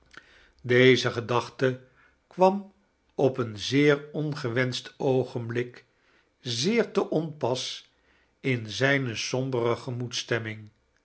deze gedachte kwam op een zeetr ongewenseht oogenblik zeer te onpas in zijne sombere gemoedsstemming